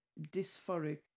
dysphoric